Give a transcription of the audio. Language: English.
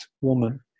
woman